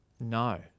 No